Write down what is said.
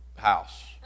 house